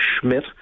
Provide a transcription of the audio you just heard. Schmidt